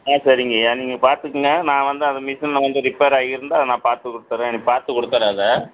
ஆ சரிங்கய்யா நீங்கள் பார்த்துக்குங்க நான் வந்து அது மிசின்ல கொஞ்சம் ரிப்பேராக இருந்தால் அது நான் பார்த்து கொடுத்தர்றேன் இன்றைக்கி பார்த்து கொடுத்தர்றேன் அதை